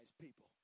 people